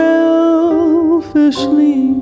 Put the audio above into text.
Selfishly